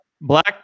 Black